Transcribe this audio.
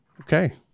Okay